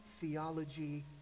theology